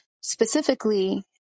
specifically